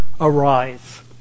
arise